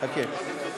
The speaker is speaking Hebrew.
חכה.